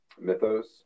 mythos